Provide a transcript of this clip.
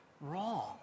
wrong